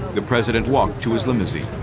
the president walked to his limousine